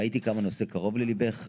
ראיתי כמה הנושא קרוב לליבך,